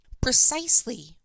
Precisely